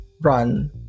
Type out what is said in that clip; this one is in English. run